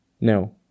No